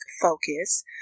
focus